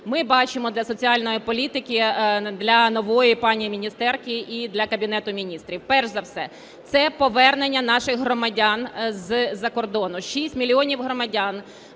ми бачимо для соціальної політики, для нової пані міністерки і для Кабінету Міністрів. Перш за все – це повернення наших громадян з закордону. Шість мільйонів громадян